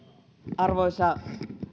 arvoisa